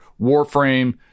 Warframe